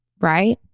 Right